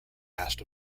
asked